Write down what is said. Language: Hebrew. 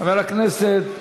הכנסת מקלב,